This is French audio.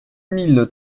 mille